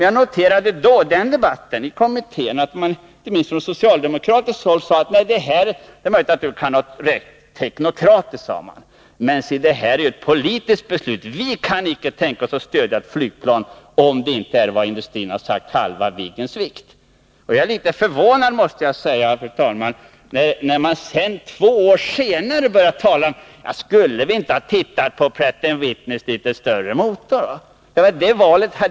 Jag noterade i debatten i kommittén att man inte minst från socialdemokratiskt håll sade: Det är möjligt att du kan ha rätt teknokratiskt, men det här är ett politiskt beslut — vi kan inte tänka oss att stödja flygplanet om det inte, som industrin har lovat, har halva Viggens vikt. Jag måste därför säga, fru talman, att jag är litet förvånad när samma personer två år senare börjar säga: Skulle vi inte ha tittat på Pratt & Whitneys litet större motor?